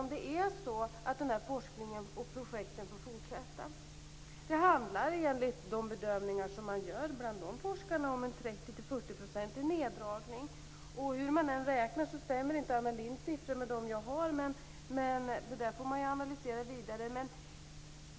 Är det så att den här forskningen och de här projekten får fortsätta? Det handlar enligt de bedömningar som man gör bland dessa forskare om en neddragning med 30-40 %. Och hur man än räknar stämmer inte Anna Lindhs siffror med de jag har. Men det får man väl analysera vidare.